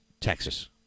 texas